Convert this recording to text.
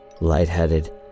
lightheaded